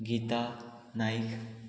Gita Naik